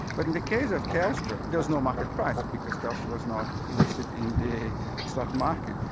but in the case of telstra, there was no market price because telstra was not listed in the stock market.